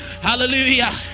hallelujah